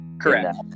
Correct